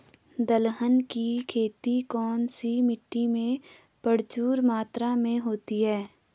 दलहन की खेती कौन सी मिट्टी में प्रचुर मात्रा में होती है?